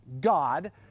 God